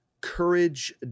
Courage